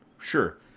Sure